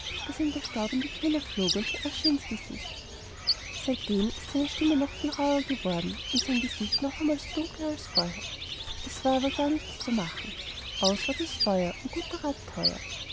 der staub in die kehle flog und die asche ins gesicht seitdem ist seine stimme noch viel rauher geworden und sein gesicht noch einmal so dunkel als vorher es war aber gar nichts zu machen aus war das feuer und guter rat teuer